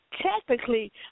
Technically